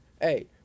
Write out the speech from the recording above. hey